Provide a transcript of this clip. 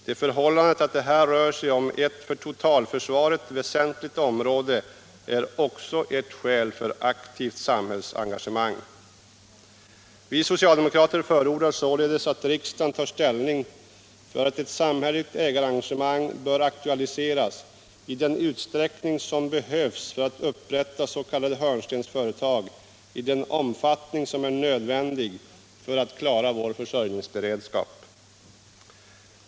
Det förhållandet att det här rör sig om ett för totalförsvaret väsentligt område är också ett skäl för ett aktivt samhällsengagemang. Vi socialdemokrater förordar således att riksdagen tar ställning för att ett samhälleligt ägarengagemang skall aktualiseras i den utsträckning som behövs för att upprätta s.k. hörnstensföretag i den omfattning som är nödvändig för att klara vår försörjningsberedskap.